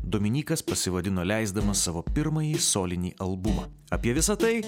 dominykas pasivadino leisdamas savo pirmąjį solinį albumą apie visa tai